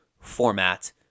format